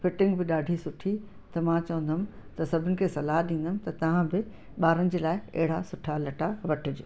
fitting बि ॾाढी सुठी त मां चवंदमि त सभिनि खे सलाह ॾींदमि त तव्हां बि ॿारनि जे लाइ अहिड़ा सुठा लटा वठिजो